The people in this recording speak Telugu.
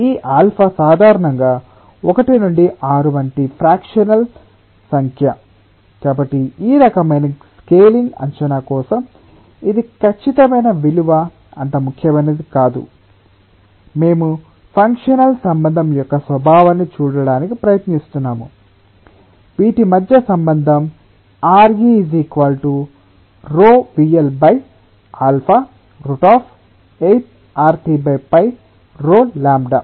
ఈ ఆల్ఫా సాధారణంగా 1 నుండి 6 వంటి ఫ్రాక్షనల్ సంఖ్య కాబట్టి ఈ రకమైన స్కేలింగ్ అంచనా కోసం ఇది ఖచ్చితమైన విలువ అంత ముఖ్యమైనది కాదు మేము ఫంక్షనల్ సంబంధం యొక్క స్వభావాన్ని చూడటానికి ప్రయత్నిస్తున్నాము వీటి మధ్య సంబంధంRe ρVL8RT ρλ